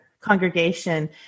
congregation